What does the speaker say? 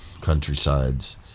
countrysides